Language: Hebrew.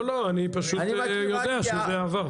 לא, לא, אני פשוט יודע שזה עבר.